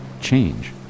change